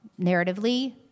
Narratively